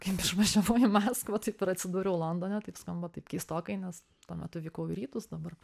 kaip išvažiavau į maskvą taip ir atsidūriau londone taip skamba taip keistokai nes tuo metu vykau į rytus dabar